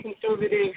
conservative